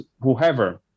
whoever